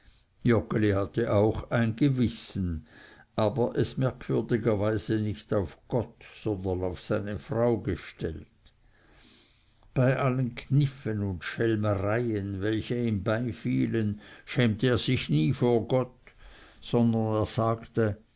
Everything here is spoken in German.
joggeli hatte auch ein gewissen aber es merkwürdigerweise nicht auf gott sondern auf seine frau gestellt bei allen kniffen und schelmereien welche ihm beifielen schämte er sich nie vor gott sondern er sagte